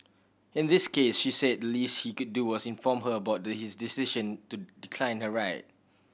in this case she said the least he could do was inform her about his decision to decline her ride